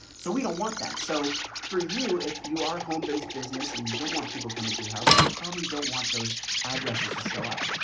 so we don't want that. so for you, if you are homebased business and you don't want people to come into your house, you probably don't want those addresses to show up.